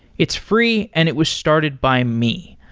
it's free and it was started by me.